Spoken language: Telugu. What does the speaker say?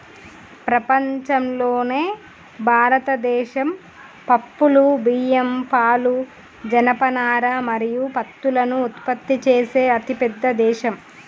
ప్రపంచంలోనే భారతదేశం పప్పులు, బియ్యం, పాలు, జనపనార మరియు పత్తులను ఉత్పత్తి చేసే అతిపెద్ద దేశం